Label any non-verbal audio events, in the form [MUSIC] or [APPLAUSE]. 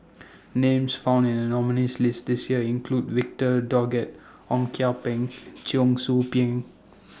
Names found in The nominees' list This Year include Victor Doggett Ong Kian Peng [NOISE] Cheong Soo Pieng